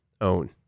own